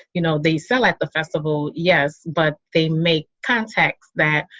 you know, they sell at the festival. yes. but they make contacts that,